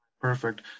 Perfect